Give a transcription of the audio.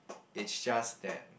it's just that